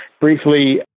briefly